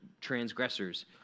transgressors